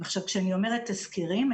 כשאני אומרת תסקירים,